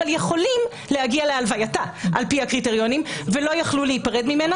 על פי הקריטריונים יכולים להגיע להלווייתה אבל לא יכלו להיפרד ממנה.